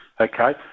Okay